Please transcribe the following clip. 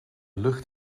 lucht